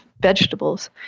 vegetables